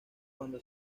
cuando